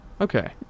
Okay